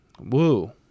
Woo